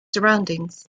surroundings